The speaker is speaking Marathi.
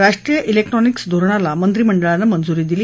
राष्ट्रीय जिक्ट्रॉनिक धोरणाला मंत्रिमंडळानं मंजूरी दिली